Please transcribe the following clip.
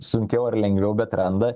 sunkiau ar lengviau bet randa